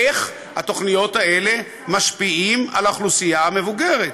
איך התוכניות האלה משפיעות על האוכלוסייה המבוגרת.